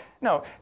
no